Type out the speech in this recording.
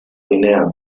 guinea